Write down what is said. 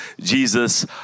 Jesus